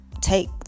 Take